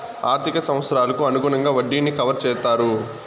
ఆర్థిక సంవత్సరాలకు అనుగుణంగా వడ్డీని కవర్ చేత్తారు